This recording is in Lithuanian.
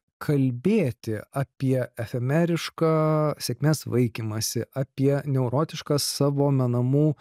kalbėti apie efemerišką sėkmės vaikymąsi apie neurotišką savo menamų